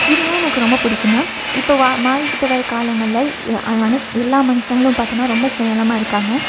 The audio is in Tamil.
இது ஏன் எனக்கு ரொம்ப பிடிக்குனா இப்போ மா மாறிக்கிட்டு வர காலங்களில் அனைத் எல்லா மனுஷங்களும் பார்த்தனா ரொம்ப சுய நலமாக இருக்காங்க